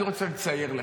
אני רוצה לצייר לך,